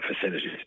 facilities